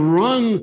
run